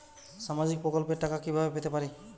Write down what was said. সামাজিক প্রকল্পের টাকা কিভাবে পেতে পারি?